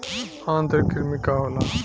आंतरिक कृमि का होला?